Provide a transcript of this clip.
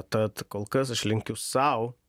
tad kol kas aš linkiu sau